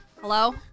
Hello